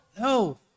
No